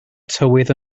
tywydd